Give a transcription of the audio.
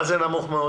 מה זה נמוך מאוד?